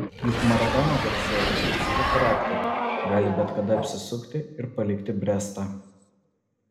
juk maradona garsėja impulsyviu charakteriu gali bet kada apsisukti ir palikti brestą